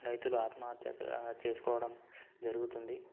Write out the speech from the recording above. రైతుల ఆత్మహత్య చేసుకోవడం జరుగుతుంది